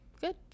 Good